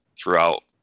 throughout